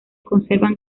conservan